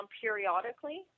periodically